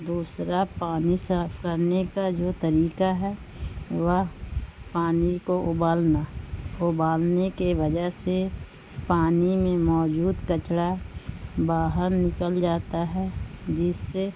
دوسرا پانی صاف کرنے کا جو طریقہ ہے وہ پانی کو ابالنا ابالنے کے وجہ سے پانی میں موجود کچڑا باہر نکل جاتا ہے جس سے